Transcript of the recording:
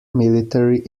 military